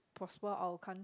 prosper our country